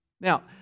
Now